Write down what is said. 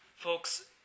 Folks